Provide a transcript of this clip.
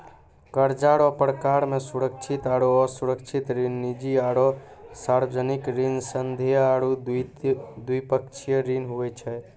कर्जा रो परकार मे सुरक्षित आरो असुरक्षित ऋण, निजी आरो सार्बजनिक ऋण, संघीय आरू द्विपक्षीय ऋण हुवै छै